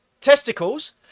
Testicles